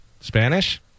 Spanish